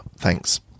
Thanks